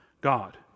God